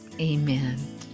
Amen